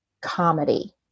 comedy